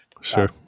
sure